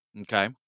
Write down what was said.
Okay